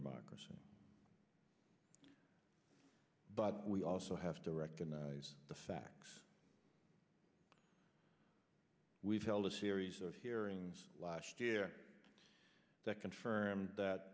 democracy but we also have to recognize the facts we've held a series of hearings last year that confirmed that